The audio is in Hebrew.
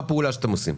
איזו פעולה אתם מבצעים?